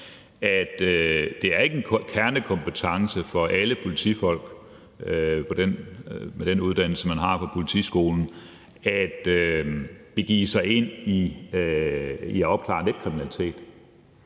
at det ikke er en kernekompetence for alle politifolk med den uddannelse, man har på politiskolen, at begive sig ind i at opklare netkriminalitet.